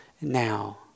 now